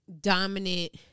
dominant